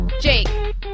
Jake